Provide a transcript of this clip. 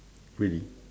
really